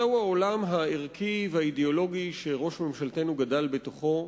זהו העולם הערכי והאידיאולוגי שראש ממשלתנו גדל בתוכו.